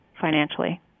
financially